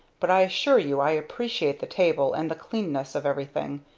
but i assure you i appreciate the table, and the cleanness of everything,